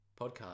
podcast